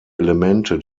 elemente